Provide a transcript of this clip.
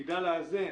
שידע לאזן